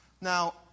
Now